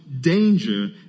danger